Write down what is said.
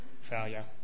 failure